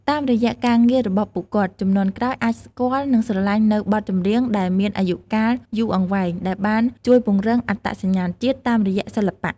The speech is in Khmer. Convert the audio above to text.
តាមរយៈការងាររបស់ពួកគាត់ ជំនាន់ក្រោយអាចស្គាល់ និងស្រឡាញ់នូវបទចម្រៀងដែលមានអាយុកាលយូរអង្វែង ដែលបានជួយពង្រឹង អត្តសញ្ញាណជាតិ តាមរយៈសិល្បៈ។